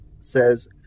says